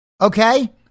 Okay